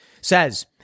says